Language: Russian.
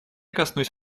коснусь